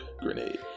grenade